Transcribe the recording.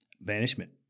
banishment